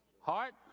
Heart